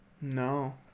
No